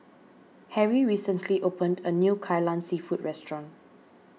Harry recently opened a new Kai Lan Seafood restaurant